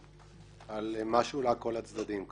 לפתרון לכל הצדדים כאן.